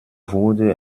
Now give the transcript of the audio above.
wurde